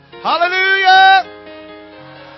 Hallelujah